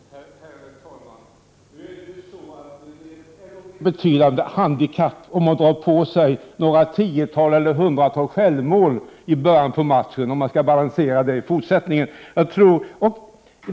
Herr talman! Nog är det ändå ett betydande handikapp om man drar på sig några tiotal eller hundratal självmål i början av matchen, om man skall balansera detta i fortsättningen.